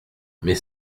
mais